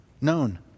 known